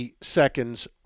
seconds